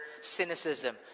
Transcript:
cynicism